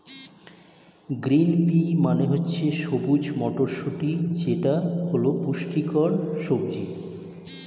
green pea মানে হচ্ছে সবুজ মটরশুঁটি যেটা হল পুষ্টিকর সবজি